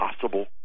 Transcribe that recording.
possible